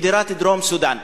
מדינת דרום-סודן.